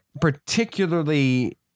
particularly